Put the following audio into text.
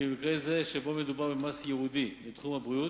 כי במקרה זה שבו מדובר במס ייעודי לתחום הבריאות,